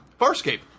Farscape